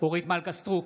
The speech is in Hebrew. אורית מלכה סטרוק,